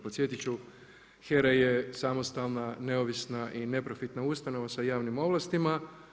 Podsjetiti ću HERA je samostalna neovisna i neprofitna ustanova sa javnim ovlastima.